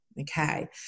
okay